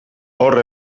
hor